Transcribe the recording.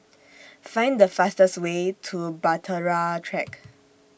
Find The fastest Way to Bahtera Track